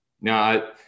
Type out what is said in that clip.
no